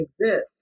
exist